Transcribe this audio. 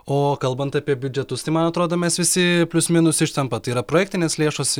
o kalbant apie biudžetus tai man atrodo mes visi plius minus iš ten pat tai yra projektinės lėšos